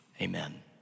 Amen